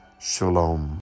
shalom